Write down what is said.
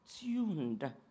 tuned